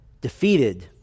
defeated